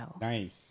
Nice